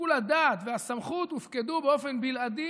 שיקול הדעת והסמכות הופקדו באופן בלעדי